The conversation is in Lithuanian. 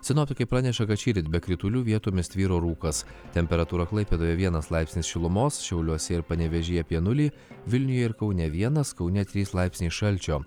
sinoptikai praneša kad šįryt be kritulių vietomis tvyro rūkas temperatūra klaipėdoje vienas laipsnis šilumos šiauliuose ir panevėžyje apie nulį vilniuje ir kaune vienas kaune trys laipsniai šalčio